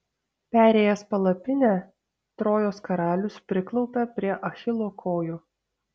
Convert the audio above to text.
perėjęs palapinę trojos karalius priklaupia prie achilo kojų